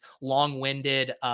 long-winded